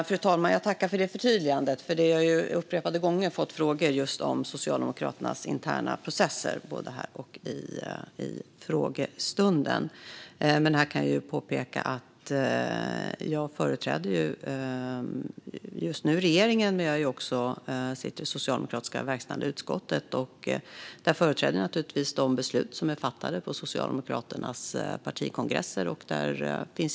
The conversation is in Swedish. Fru talman! Jag tackar för det förtydligandet. Jag har upprepade gånger fått frågor om just socialdemokraternas interna processer både i interpellationsdebatter och i frågestunden. Här kan jag påpeka att jag företräder just nu regeringen. Men jag sitter också i Socialdemokraternas verkställande utskott. Där företräder jag naturligtvis de beslut som är fattade på Socialdemokraternas partikongresser.